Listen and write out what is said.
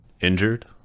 Injured